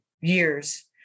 years